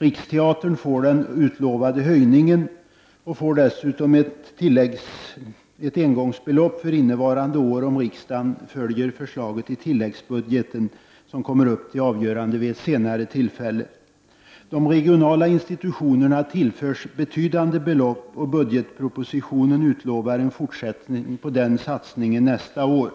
Riksteatern får den utlovade höjningen och dessutom ett engångsbelopp för innevarande år om riksdagen följer förslaget i tilläggsbudgeten, som kommer upp till avgörande vid ett senare tillfälle. De regionala institutionerna tillförs betydande belopp, och i budgetpropositionen utlovas en fortsättning på den satsningen nästa år.